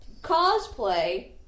cosplay